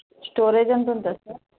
storage ఎంత ఉంటుంది sir